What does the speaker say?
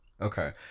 Okay